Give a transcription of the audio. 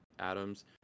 atoms